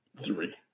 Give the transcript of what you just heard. three